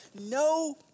no